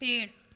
पेड़